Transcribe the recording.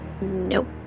Nope